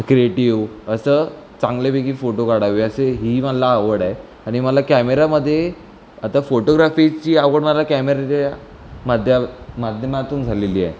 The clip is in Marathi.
क्रिएटिव असं चांगल्यापैकी फोटो काढावे असेही मला आवड आहे आणि मला कॅमेरामध्ये आता फोटोग्राफीची आवड मला कॅमेऱ्याद्या माद्या माध्यमातून झालेली आहे